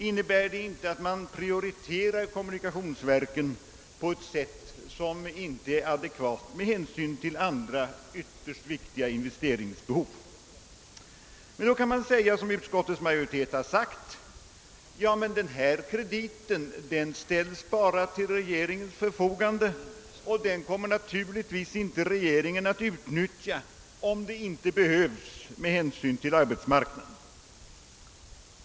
Innebär inte detta att dessa prioriteras på ett sätt som inte är adekvat med hänsyn till andra ytterst viktiga investeringsbehov? Mot detta kan som utskottsmajorite ten gör invändas, att den ifrågavarande krediten bara ställs till regeringens förfogande och att regeringen inte kommer att utnyttja den, om det inte är nödvändigt med hänsyn till arbetsmarknadens behov.